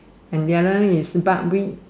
and the other is dark wheat